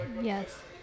Yes